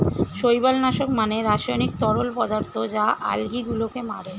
শৈবাল নাশক মানে রাসায়নিক তরল পদার্থ যা আলগী গুলোকে মারে